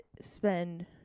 spend